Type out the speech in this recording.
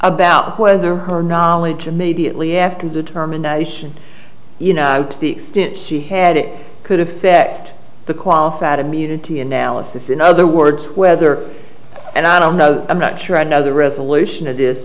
about whether her knowledge immediately after a determination you know to the extent she had it could affect the qualified immunity analysis in other words whether and i don't know i'm not sure i know the resolution of this